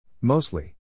Mostly